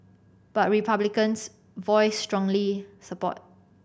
but Republicans voiced strongly support